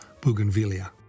bougainvillea